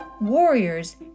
warriors